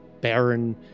barren